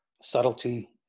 subtlety